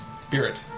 spirit